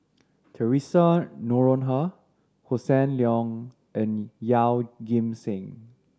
Theresa Noronha Hossan Leong and Yeoh Ghim Seng